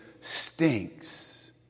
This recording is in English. stinks